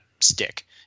stick